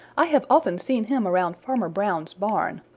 i have often seen him around farmer brown's barn.